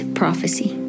prophecy